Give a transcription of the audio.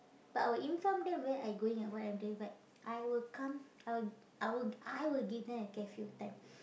but I will inform them where I going and what I'm doing but I will come I I I will give them a curfew time